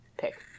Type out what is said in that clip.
pick